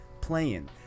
playing